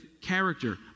character